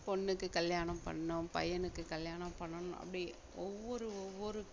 பொண்ணுக்கு கல்யாணம் பண்ணும் பையனுக்கு கல்யாணம் பண்ணும் அப்படி ஒவ்வொரு ஒவ்வொரு